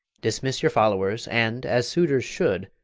dismiss your followers, and, as suitors should,